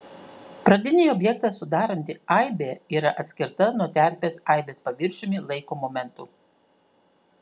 pradinį objektą sudaranti aibė yra atskirta nuo terpės aibės paviršiumi laiko momentu